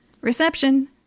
Reception